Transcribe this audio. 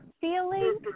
feeling